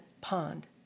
pond